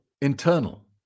internal